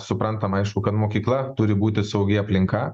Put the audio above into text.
suprantam aišku kad mokykla turi būti saugi aplinka